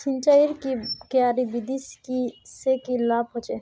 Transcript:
सिंचाईर की क्यारी विधि से की लाभ होचे?